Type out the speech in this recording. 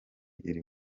iri